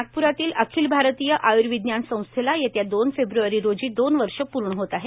नागप्रातील अखिल भारतीय आय्रर्विज्ञान संस्थेला येत्या दोन फेब्रवारी रोजी दोन वर्ष पूर्ण होत आहेत